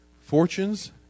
fortunes